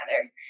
together